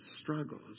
struggles